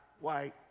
white